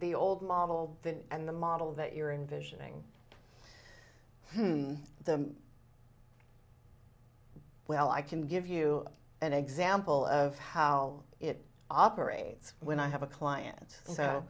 the old model and the model that you're in visioning well i can give you an example of how it operates when i have a client